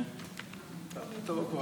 בוקר טוב,